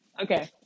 Okay